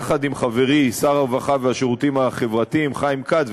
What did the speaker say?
יחד עם חברי שר הרווחה והשירותים החברתיים חיים כץ,